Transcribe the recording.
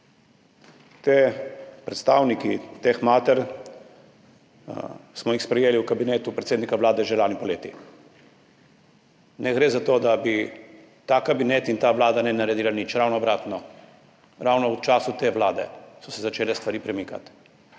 Predstavnike teh mater smo jih sprejeli v kabinetu predsednika Vlade že lani poleti. Ne gre za to, da bi ta kabinet in ta vlada ni naredila nič, ravno obratno, ravno v času te vlade so se začele stvari premikati.